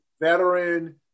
veteran